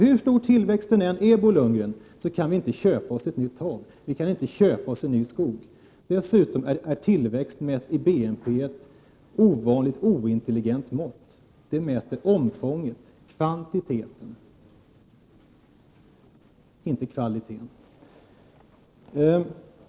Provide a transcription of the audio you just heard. Hur stor tillväxten än är, Bo Lundgren, kan vi inte köpa oss ett nytt hav, och vi kan inte köpa oss en ny skog. Dessutom är BNP ett ovanligt ointelligent mått på tillväxten. Det mäter omfånget, kvantiteten, inte kvaliteten.